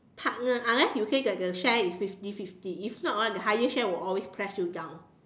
partner unless you say that the share is fifty fifty if not ah the higher share will always press you down